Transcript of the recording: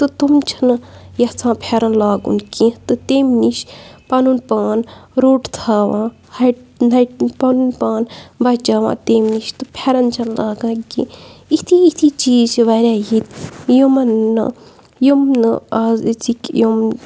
تہٕ تِم چھِنہٕ یَژھان پھٮ۪رَن لاگُن کینٛہہ تہٕ تٔمۍ نِش پَنُن پان روٚٹ تھاوان ہَٹہِ ہَٹہِ پَنُن پان بَچاوان تٔمۍ نِش تہٕ پھٮ۪رَن چھَنہٕ لاگان کینٛہہ اِتھی اِتھی چیٖز چھِ واریاہ ییٚتہِ یِمَن نہٕ یِم نہٕ آز أزکۍ یِم